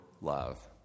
love